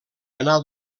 anar